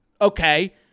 Okay